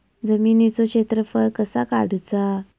जमिनीचो क्षेत्रफळ कसा काढुचा?